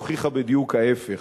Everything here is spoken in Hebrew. הוכיחה בדיוק את ההיפך: